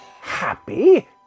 Happy